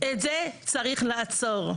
את זה צריך לעצור,